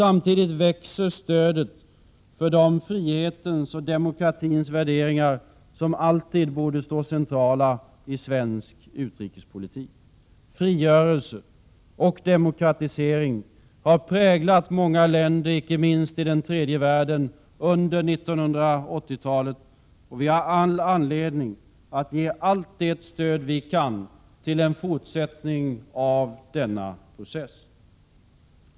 Samtidigt växer stödet för de frihetens och demokratins värderingar som alltid borde stå centrala i svensk utrikespolitik. Frigörelse och demokratisering har präglat många länder, icke minst i den tredje världen, under 1980-talet, och vi har all anledning att ge allt det stöd vi kan till en fortsättning av denna process.